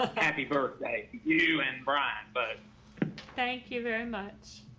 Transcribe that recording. happy birthday, you and brian, but thank you very much.